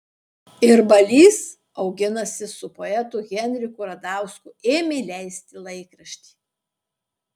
ir balys auginasi su poetu henriku radausku ėmė leisti laikraštį